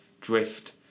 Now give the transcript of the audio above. drift